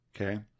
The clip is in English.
Okay